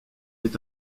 est